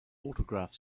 autograph